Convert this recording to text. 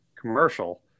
commercial